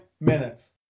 minutes